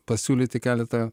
pasiūlyti keletą